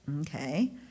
okay